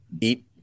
eat